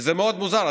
וזה מאוד מוזר.